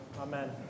Amen